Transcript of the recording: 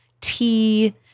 tea